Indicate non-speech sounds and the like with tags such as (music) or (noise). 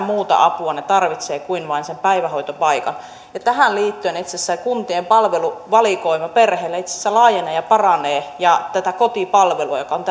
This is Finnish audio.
(unintelligible) muuta apua ne tarvitsevat kuin vain sen päivähoitopaikan ja tähän liittyen kuntien palveluvalikoima perheille itse asiassa laajenee ja paranee ja tämä kotipalvelu joka on (unintelligible)